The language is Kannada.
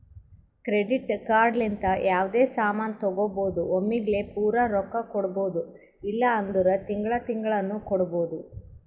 ಕ್ರೆಡಿಟ್ ಕಾರ್ಡ್ ಲಿಂತ ಯಾವ್ದೇ ಸಾಮಾನ್ ತಗೋಬೋದು ಒಮ್ಲಿಗೆ ಪೂರಾ ರೊಕ್ಕಾ ಕೊಡ್ಬೋದು ಇಲ್ಲ ಅಂದುರ್ ತಿಂಗಳಾ ತಿಂಗಳಾನು ಕೊಡ್ಬೋದು